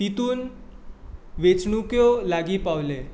तितून वेंचणूको लागी पावले